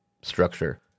structure